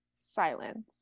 silence